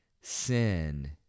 sin